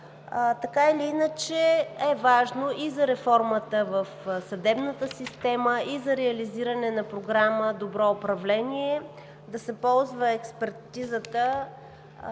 Така или иначе е важно и за реформата в съдебната система, и за реализирането на Програма „Добро управление“ да се ползва експертизата и